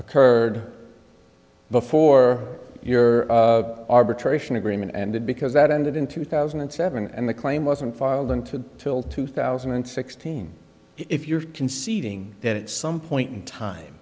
occurred before your arbitration agreement ended because that ended in two thousand and seven and the claim wasn't filed into the till two thousand and sixteen if you're conceding that at some point in time